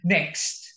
Next